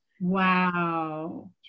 Wow